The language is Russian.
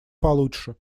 получше